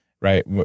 right